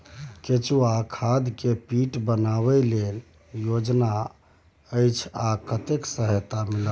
केचुआ खाद के पीट बनाबै लेल की योजना अछि आ कतेक सहायता मिलत?